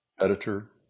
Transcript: editor